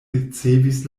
ricevis